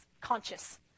conscious